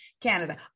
canada